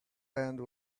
end